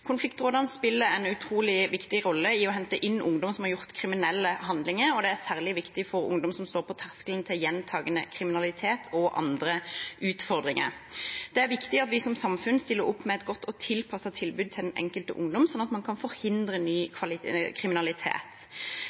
Konfliktrådene spiller en utrolig viktig rolle i å hente inn ungdom som har gjort kriminelle handlinger, og det er særlig viktig for ungdom som står på terskelen til gjentagende kriminalitet og andre utfordringer. Det er viktig at vi som samfunn stiller opp med et godt og tilpasset tilbud til den enkelte ungdom sånn at man kan forhindre ny kriminalitet.